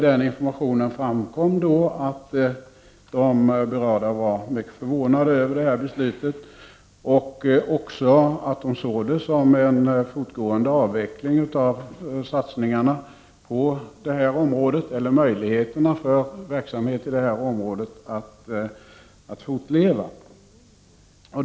Det framkom då att de berörda var mycket förvånade över beslutet och också att de såg det som en fortgående avveckling av möjligheterna för verksamhet i området att fortleva.